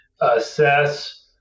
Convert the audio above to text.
assess